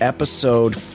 Episode